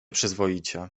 przyzwoicie